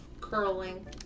Curling